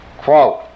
Quote